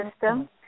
system